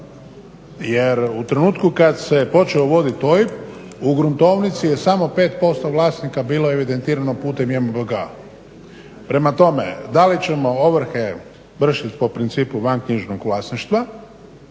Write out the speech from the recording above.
Jer u trenutku kad se počeo uvodi OIB u gruntovnici je samo 5% vlasnika bilo evidentirano putem JMBG-a. Prema tome, da li ćemo ovrhe vršit po principu vanknjižnog vlasništva